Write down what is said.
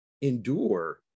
endure